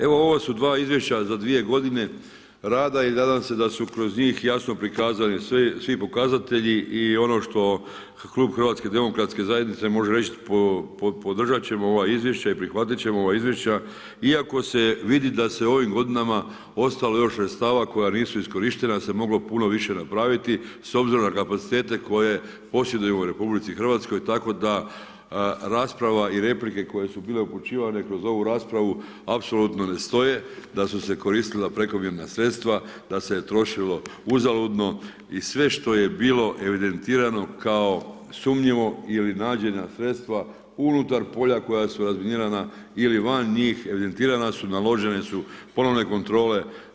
Evo ovo su dva izvješća za 2 godine rada i nadam se da su kroz njih jasno prikazani svi pokazatelji i ono što klub HDZ-a može reći, podržat ćemo ova izvješća i prihvatit ćemo ova izvješća iako se vidi da je u ovim godinama ostalo još sredstava koja nisu iskorištena, da se moglo puno više napraviti s obzirom na kapacitete koje posjedujemo u RH tako da rasprava i replike koje su bile upućivane kroz ovu raspravu, apsolutno ne stoje, da su se koristila prekomjerna sredstva, da se je trošilo uzaludno i sve što je bilo evidentirano kao sumnjivo ili nađeno sredstva unutar polja koja su razminirana ili van njih, evidentirana su, naložene su ponovne kontrole.